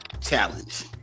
challenge